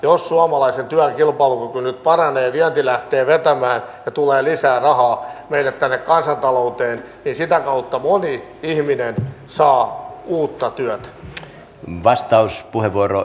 jos suomalaisen työn kilpailukyky nyt paranee vienti lähtee vetämään ja tulee lisää rahaa meille tänne kansantalouteen niin sitä kautta moni ihminen saa uutta työtä